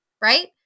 right